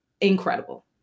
incredible